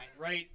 right